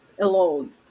alone